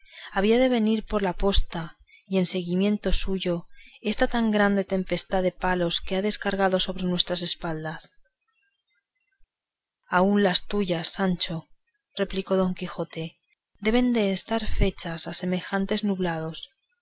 había de venir por la posta y en seguimiento suyo esta tan grande tempestad de palos que ha descargado sobre nuestras espaldas aun las tuyas sancho replicó don quijote deben de estar hechas a semejantes nublados